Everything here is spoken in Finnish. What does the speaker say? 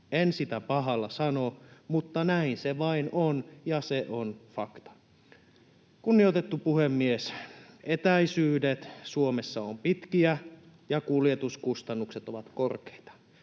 En sitä pahalla sano, mutta näin se vain on, ja se on fakta. Kunnioitettu puhemies! Etäisyydet Suomessa ovat pitkiä, ja kuljetuskustannukset ovat korkeita.